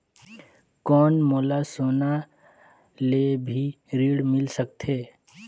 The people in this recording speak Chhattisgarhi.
कौन मोला सोना ले भी ऋण मिल सकथे?